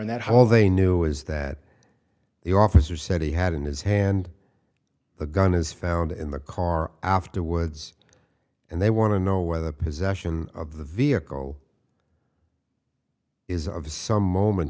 and that hall they knew is that the officer said he had in his hand the gun is found in the car afterwards and they want to know whether possession of the vehicle is of some moment